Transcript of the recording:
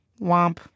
Womp